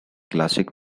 classic